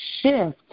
shift